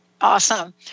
Awesome